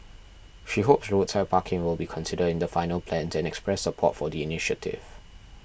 she hopes roadside parking will be considered in the final plans and expressed support for the initiative